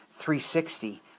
360